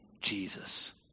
Jesus